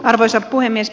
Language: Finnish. arvoisa puhemies